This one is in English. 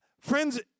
friends